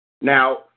Now